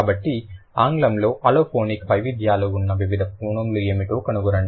కాబట్టి ఆంగ్లంలో అలోఫోనిక్ వైవిధ్యాలు ఉన్న వివిధ ఫోనోమ్ లు ఏమిటో కనుగొనండి